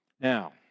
Now